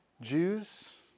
Jews